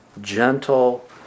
gentle